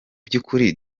by’ukuri